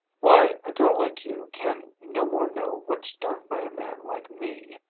why, a girl like you can no more know what's done by a man like me.